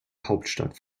hauptstadt